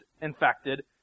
infected